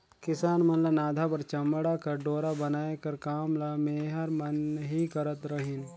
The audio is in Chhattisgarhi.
किसान मन ल नाधा बर चमउा कर डोरा बनाए कर काम ल मेहर मन ही करत रहिन